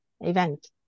event